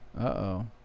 Uh-oh